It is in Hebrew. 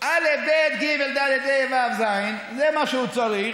א', ב', ג', ד', ה', ו' ז' זה מה שהוא צריך.